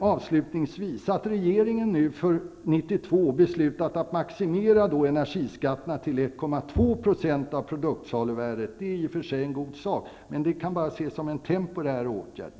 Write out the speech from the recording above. Att regeringen för 1992 har beslutat att maximera energiskatterna till 1,2 % av produktsaluvärdet är i och för sig en god sak, men det kan bara ses som en temporär åtgärd.